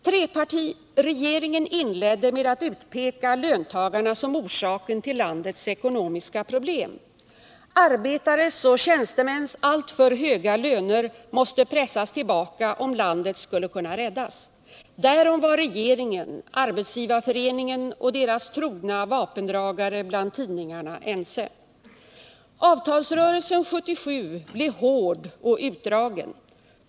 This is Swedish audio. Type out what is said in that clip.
Trepartiregeringen inledde med att utpeka löntagarna som orsaken till landets ekonomiska problem: Arbetares och tjänstemäns alltför höga löner måste pressas tillbaka om landet skulle kunna räddas. Därom var regeringen, SAF och deras trogna vapendragare bland tidningarna ense. Avtalsrörelsen 1977 blev hård och utdragen.